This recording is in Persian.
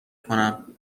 کنم